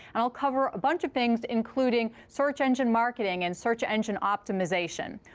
and i'll cover a bunch of things, including search engine marketing and search engine optimization.